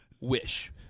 Wish